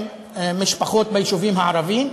עם משפחות ביישובים הערביים,